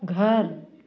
घर